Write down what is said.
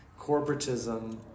corporatism